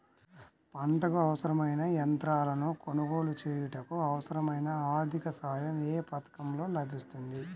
పంటకు అవసరమైన యంత్రాలను కొనగోలు చేయుటకు, అవసరమైన ఆర్థిక సాయం యే పథకంలో లభిస్తుంది?